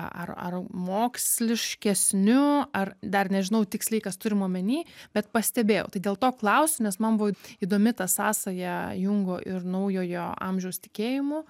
ar ar moksliškesniu ar dar nežinau tiksliai kas turima omeny bet pastebėjau tai dėl to klausiu nes man buvo įdomi ta sąsaja jungo ir naujojo amžiaus tikėjimu